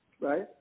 Right